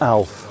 Alf